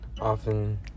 often